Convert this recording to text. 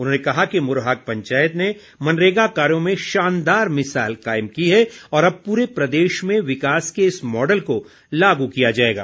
उन्होंने कहा कि मुरहाग पंचायत ने मनरेगा कार्यों में शानदार मिसाल कायम की है और अब पूरे प्रदेश में विकास के इस मॉडल को लागू किया जाएगा